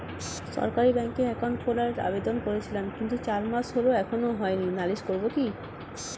সরকারি ব্যাংকে একাউন্ট খোলার আবেদন করেছিলাম কিন্তু চার মাস হল এখনো হয়নি নালিশ করব কি?